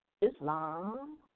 Islam